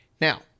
Now